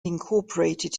incorporated